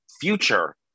future